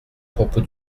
propos